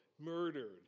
murdered